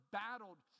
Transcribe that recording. battled